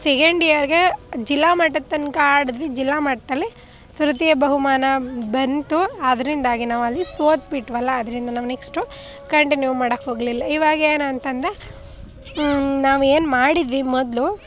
second ಇಯರ್ಗೆ ಜಿಲ್ಲಾ ಮಟ್ಟದ ತನಕ ಆಡಿದ್ವಿ ಜಿಲ್ಲಾ ಮಟ್ಟದಲ್ಲಿ ತೃತೀಯ ಬಹುಮಾನ ಬಂತು ಆದ್ದರಿಂದಾಗಿ ನಾವು ಅಲ್ಲಿ ಸೋತು ಬಿಟ್ವಲ್ಲ ಅದರಿಂದ ನಾವು ನೆಕ್ಸ್ಟು ಕಂಟಿನ್ಯೂ ಮಾಡೋಕೆ ಹೋಗಲಿಲ್ಲ ಇವಾಗ ಏನಂತಂದ್ರೆ ನಾವು ಏನು ಮಾಡಿದ್ವಿ ಮೊದಲು